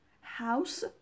House